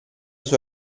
sua